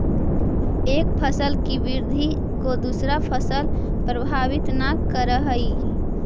एक फसल की वृद्धि को दूसरा फसल प्रभावित न करअ हई